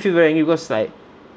feel very angry because like